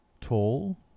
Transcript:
Tall